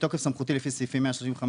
תוקף סמכותי לפי סעיפים 135ג,